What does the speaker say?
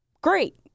great